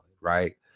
right